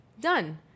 Done